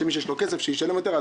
שמי שיש לו כסף ישלם יותר,